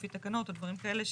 לפי תקנות או דברים כאלה,